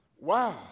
Wow